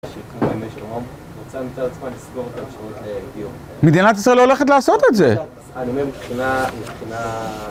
אני רוצה יותר זמן לסגור את האפשרות לדיון. -מדינת ישראל לא הולכת לעשות את זה! -אני אומר מבחינה...